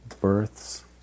births